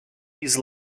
these